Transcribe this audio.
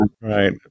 right